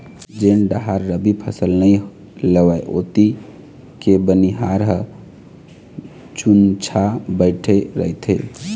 जेन डाहर रबी फसल नइ लेवय ओती के बनिहार ह जुच्छा बइठे रहिथे